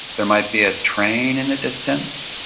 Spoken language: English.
there might be a train in the distance.